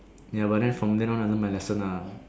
ya but then from then on I learn my lesson lah